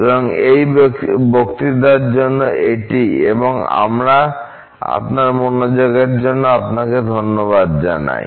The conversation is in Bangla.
সুতরাং এই বক্তৃতার জন্য এটিই এবং আমি আপনার মনোযোগের জন্য আপনাকে ধন্যবাদ জানাই